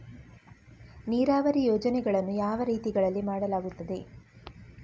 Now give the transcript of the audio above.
ನೀರಾವರಿ ಯೋಜನೆಗಳನ್ನು ಯಾವ ರೀತಿಗಳಲ್ಲಿ ಮಾಡಲಾಗುತ್ತದೆ?